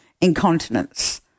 incontinence